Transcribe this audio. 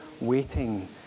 waiting